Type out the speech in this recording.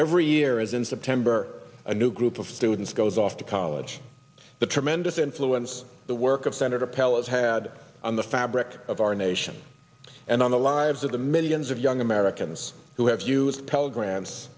every year as in september a new group of students goes off to college the tremendous influence the work of senator pellets had on the fabric of our nation and on the lives of the millions of young americans who have used pell grants